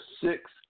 six